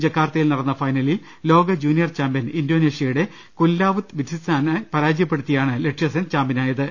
ജക്കാർത്തയിൽ നടന്ന ഫൈനലിൽ ലോക ജൂനിയർ ചാമ്പ്യൻ ഇന്റോനേഷ്യയുടെ കൂൻലാവുത്ത് വിറ്റിത്സാനെ പരാജ യപ്പെടുത്തിയാണ് ലക്ഷ്യസെൻ ചാമ്പ്യനായത്